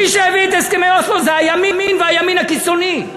מי שהביא את הסכמי אוסלו זה הימין והימין הקיצוני.